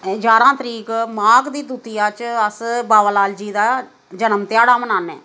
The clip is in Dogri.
जारां तरीक माघ दी दूतिया च अस बाबा लाल जी दा जन्म ध्याड़ा मनाने